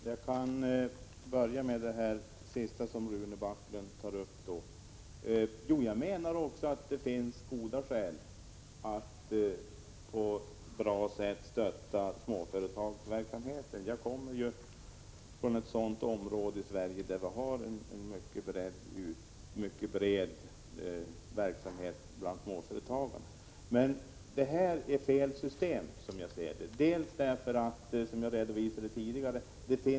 Herr talman! Jag kan börja med det sista som Rune Backlund tog upp. Jag menar också att det finns goda skäl att på ett bra sätt stötta småföretagandet— jag kommer själv från ett område i Sverige där vi har en mycket bred verksamhet bland småföretagarna — men som jag ser det är det fel system Rune Backlund rekommenderar.